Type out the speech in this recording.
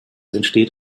entsteht